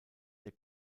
der